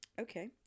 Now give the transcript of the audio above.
Okay